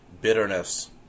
bitterness